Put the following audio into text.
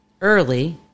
early